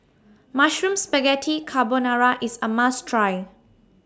Mushroom Spaghetti Carbonara IS A must Try